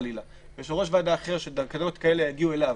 חלילה יושב-ראש ועדה אחר שתקנות כאלה יגיעו אליו